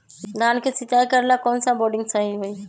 धान के सिचाई करे ला कौन सा बोर्डिंग सही होई?